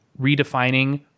redefining